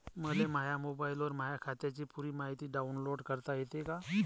मले माह्या मोबाईलवर माह्या खात्याची पुरी मायती डाऊनलोड करता येते का?